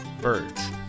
birds